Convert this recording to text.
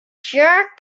jerk